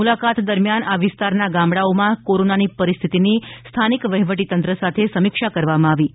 મુલાકાત દરમિથાન આ વિસ્તારના ગામડાઓમાં કોરોનાની પરિસ્થિતીની સ્થાનિક વહીવટીતંત્ર સાથે સમીક્ષા કરવામાં આવી હતી